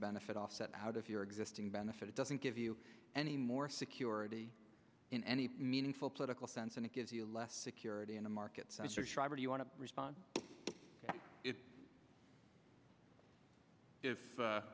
benefit offset out of your existing benefit it doesn't give you any more security in any meaningful political sense and it gives you less security in the markets you want to respond if